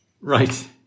right